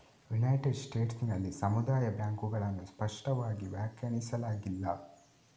United States ನಲ್ಲಿ ಸಮುದಾಯ ಬ್ಯಾಂಕುಗಳನ್ನು ಸ್ಪಷ್ಟವಾಗಿ ವ್ಯಾಖ್ಯಾನಿಸಲಾಗಿಲ್ಲ